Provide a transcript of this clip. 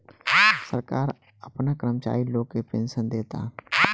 सरकार आपना कर्मचारी लोग के पेनसन देता